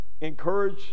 encourage